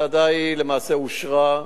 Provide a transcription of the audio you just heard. הצעדה למעשה אושרה.